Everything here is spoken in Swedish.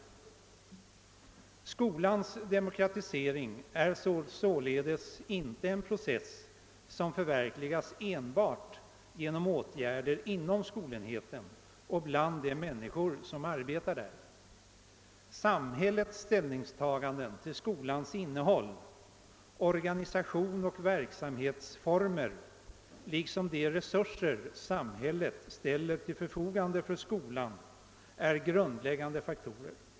Skolans demokratisering är således inte en process som förverkligas enbart genom åtgärder inom skolenheten och bland de människor som arbetar där. Samhällets ställningstaganden till skolans innehåll, organisation och verksamhetsformer liksom de resurser samhället ställer till förfogande för skolan är grundläggande faktorer.